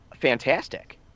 fantastic